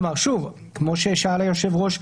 כלומר, שוב, כמו ששאל היושב ראש,